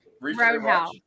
Roadhouse